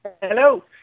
Hello